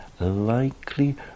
likely